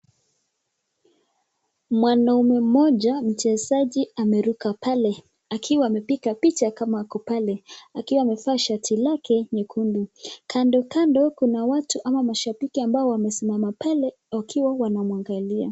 Mwanaume mmoja mchezaji ameruka pale, akiwa amepiga picha kama ako pale, akiwa amevaa shati lake nyekundu. Kando knado kuna watu ama mashabiki ambao wamesimama pale wakiwa wamemwangalia.